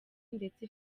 ndetse